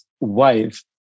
wife